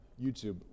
YouTube